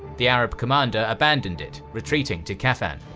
the arab commander abandoned it, retreating to khaffan.